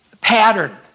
pattern